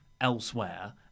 elsewhere